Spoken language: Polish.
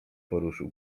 poruszył